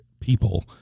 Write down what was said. people